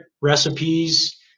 recipes